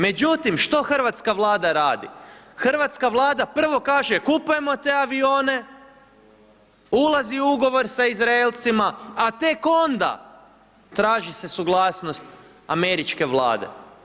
Međutim, što Hrvatska vlada radi, Hrvatska vlada prvo kaže kupujemo te avione, ulazi u ugovor sa Izraelcima, a tek onda traži se suglasnost Američke vlade.